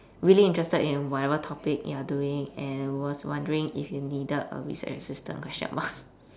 really interested in whatever topic you're doing and was wondering if you needed a research assistant question mark